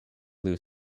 blue